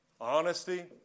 honesty